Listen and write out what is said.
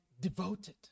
devoted